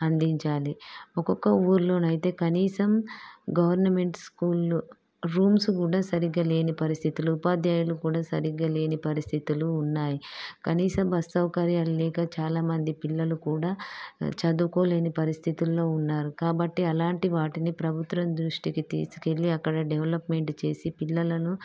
అందించాలి ఒకొక్క ఊర్లోనైతే కనీసం గవర్నమెంట్ స్కూళ్ళు రూమ్స్ కూడా సరిగా లేని పరిస్థితుల్లో ఉపాధ్యాయులు కూడా సరిగా లేని పరిస్థితులు ఉన్నాయి కనీస బస్సు సౌకర్యలు లేక చాలా మంది పిల్లలు కూడా చదువుకోలేని పరిస్థితుల్లో ఉన్నారు కాబట్టి అలంటి వాటిని ప్రభుత్వం దృష్టికి తీసుకెళ్ళి అక్కడ డెవలప్మెంట్ చేసి పిల్లలను